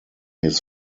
his